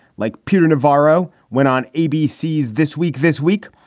like peter navarro went on abc this week, this week,